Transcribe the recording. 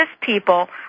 people